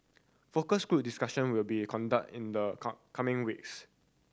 focus group discussion will be conducted in the coming weeks